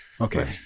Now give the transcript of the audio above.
Okay